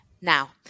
Now